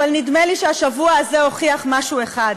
אבל נדמה לי שהשבוע הזה הוכיח משהו אחד: